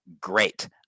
great